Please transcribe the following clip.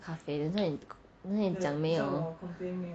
咖啡等一下你等一下你讲没有哦